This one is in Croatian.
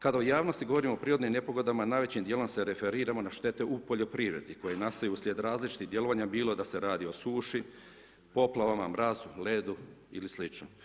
Kada u javnosti govorimo o prirodnim nepogodama, najvećim dijelom se referiramo na štete u poljoprivredi koje nastoje uslijed različitih djelovanja, bilo da se radi o suši, poplavama, mrazu, ledu, ili sl.